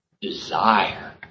desire